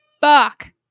Fuck